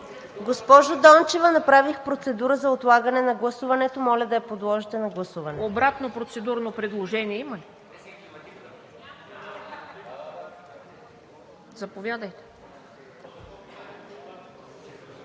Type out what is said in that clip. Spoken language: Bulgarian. Госпожо Дончева, направих процедура за отлагане на гласуването. Моля да я подложите на гласуване. ПРЕДСЕДАТЕЛ ТАТЯНА ДОНЧЕВА: Обратно процедурно предложение има ли? Заповядайте.